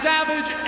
Savage